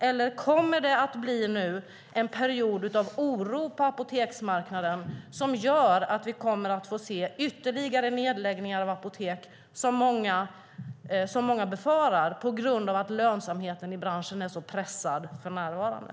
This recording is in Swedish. Eller kommer det nu att bli en period av oro på apoteksmarknaden som gör att vi kommer att få se ytterligare nedläggningar av apotek, vilket många befarar, på grund av att lönsamheten i branschen är så pressad för närvarande?